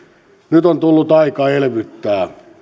nyt on tullut aika elvyttää